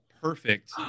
perfect